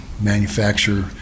manufacture